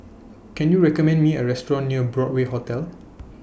Can YOU recommend Me A Restaurant near Broadway Hotel